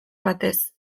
batez